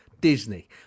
disney